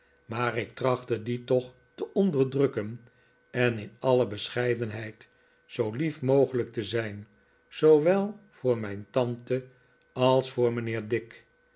maar ik trachtte dien toch te onderdrukken en in alle bescheidenheid zoo lief mogelijk te zijn zoowel voor mijn tante als voor mijnheer dick